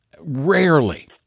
Rarely